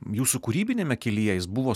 jūsų kūrybiniame kelyje jis buvo